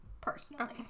personally